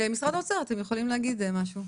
ומשרד האוצר, אתם יכולים להגיד משהו.